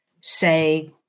say